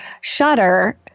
shutter